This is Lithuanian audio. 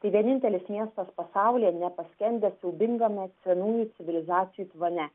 tai vienintelis miestas pasaulyje nepaskendę siaubingame senųjų civilizacijų tvane